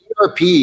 ERP